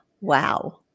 wow